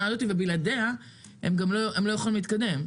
הזאת ובלעדיה הם גם לא יכולים להתקדם.